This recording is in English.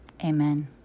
Amen